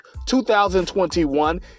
2021